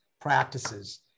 practices